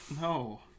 No